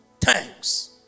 thanks